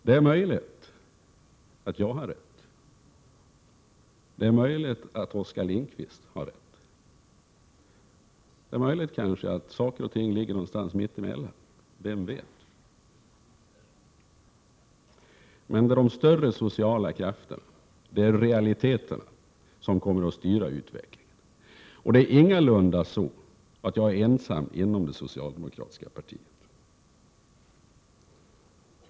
Det är möjligt att jag har rätt, att Oskar Lindkvist har rätt eller att det riktiga ligger någonstans mitt emellan. Vem vet. Men det är de större sociala krafterna, realiteterna, som kommer att styra utvecklingen. Och det är ingalunda så, att jag är ensam inom det socialdemokratiska partiet.